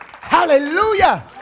Hallelujah